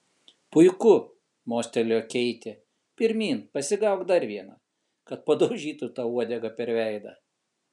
puiku mostelėjo keitė pirmyn pasigauk dar vieną kad padaužytų tau uodega per veidą